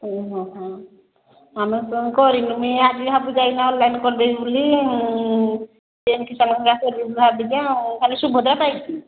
ଆମେ କରିନୁ ମୁଇ ଆଜି ଭାବୁଛି ଯାଇ ନ ହେଲେ ଅନ୍ଲାଇନ୍ କରି ଦେବି ବୋଲି ମୁଁ ଖାଲି ସୁଭଦ୍ରା ପାଇଛି